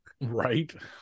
Right